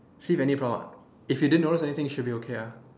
see if any problem if you didn't notice anything should be okay ah